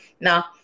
Now